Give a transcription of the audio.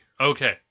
Okay